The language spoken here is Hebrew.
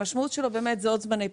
המשמעות היא עוד זמני פיתוח,